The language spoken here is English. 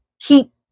keep